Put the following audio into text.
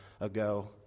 ago